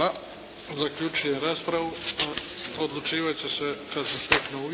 Zaključujem raspravu. Odlučivat će se kad se steknu uvjeti.